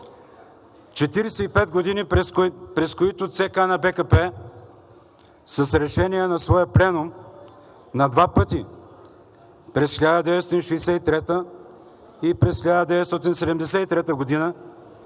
45 години, през които ЦК на БКП с решение на своя пленум на два пъти – през 1963 г. и